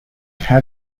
had